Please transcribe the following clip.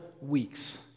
weeks